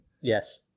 Yes